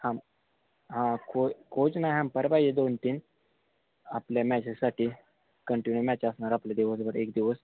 हां हां को कोच नाही हंपायर पाहिजे दोन तीन आपल्या मॅचेससाठी कंटिन्यू मॅच असणार आपले दिवसभर एक दिवस